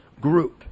group